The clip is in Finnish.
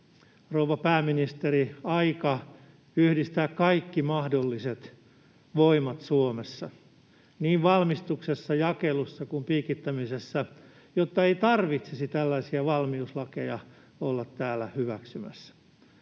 rouva pääministeri, aika yhdistää kaikki mahdolliset voimat Suomessa niin valmistuksessa, jakelussa kuin piikittämisessä, jotta ei tarvitsisi tällaisia valmiuslakeja olla täällä hyväksymässä?